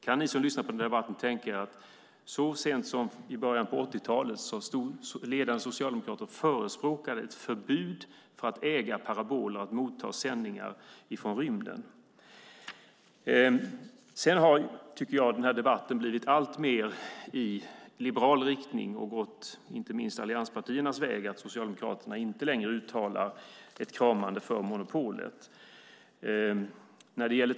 Kan ni som lyssnar på den här debatten tänka er att ledande socialdemokrater så sent som i början av 80-talet förespråkade ett förbud mot att äga paraboler och ta emot sändningar från rymden? Debatten har blivit alltmer liberal och gått allianspartiernas väg. Socialdemokraterna uttalar inte längre något kramande av monopolet.